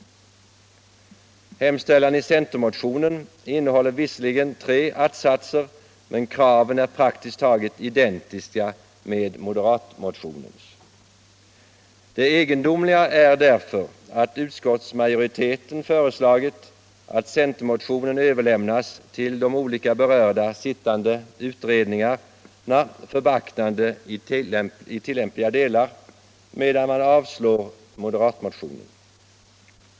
Hemställan i centermotionen innehåller visserligen tre att-satser, men kraven är praktiskt taget identiska med moderatmotionens. Det egendomliga är att utskottsmajoriteten har föreslagit att centermotionen överlämnas till de olika berörda arbetande utredningarna för beaktande i tilllämpliga delar, medan utskottet avstyrker moderatmotionen.